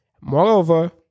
Moreover